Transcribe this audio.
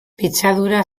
pitzadura